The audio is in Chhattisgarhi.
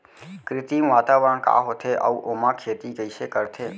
कृत्रिम वातावरण का होथे, अऊ ओमा खेती कइसे करथे?